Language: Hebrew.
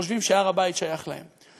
שחושבים שהר הבית שייך להם.